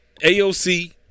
AOC